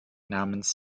namens